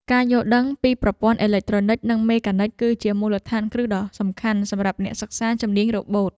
ការយល់ដឹងពីប្រព័ន្ធអេឡិចត្រូនិចនិងមេកានិច គឺជាមូលដ្ឋានគ្រឹះដ៏សំខាន់សម្រាប់អ្នកសិក្សាជំនាញរ៉ូបូត។